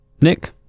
Nick